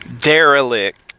derelict